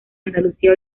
andalucía